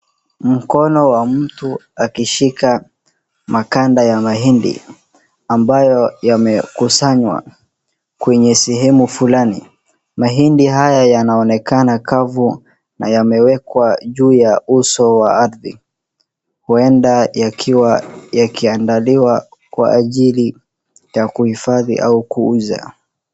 Mkono wa mtu akishika maganda ya mahindi, ambayo yamekusanywa kwenye sehemu fulani, mahindi haya yanaonekana kavu na yamewekwa juu ya uso wa ardhi, huenda yakiwa yakiandaliwa kwa ajili ya kuhifadhi au kuuza.